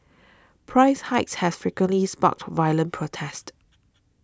price hikes have frequently sparked violent protests